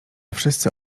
wszyscy